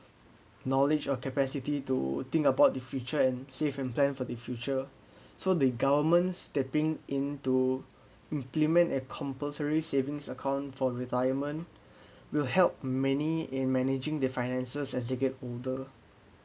knowledge or capacity to think about the future and safe and plan for the future so the government stepping in to implement a compulsory savings account for retirement will help many in managing their finances as they get older